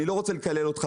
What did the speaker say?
אני לא רוצה לקלל אותך,